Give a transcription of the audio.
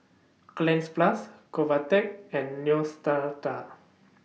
Cleanz Plus Convatec and Neostrata